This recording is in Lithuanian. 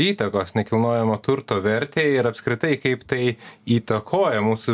įtakos nekilnojamo turto vertei ir apskritai kaip tai įtakoja mūsų